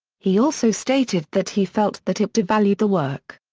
he also stated that he felt that it devalued the work.